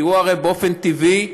כי הרי באופן טבעי,